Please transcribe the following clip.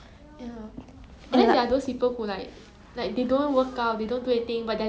mm